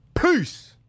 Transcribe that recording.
Peace